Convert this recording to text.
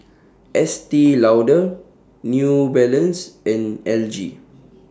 Estee Lauder New Balance and L G